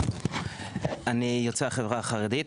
אני יוצא החברה החרדית.